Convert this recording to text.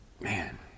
Man